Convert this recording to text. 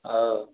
और